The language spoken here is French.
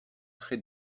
très